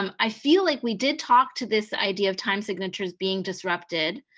um i feel like we did talk to this idea of time signatures being disrupted.